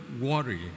worry